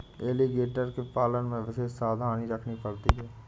alligator के पालन में विशेष सावधानी रखनी पड़ती है